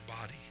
body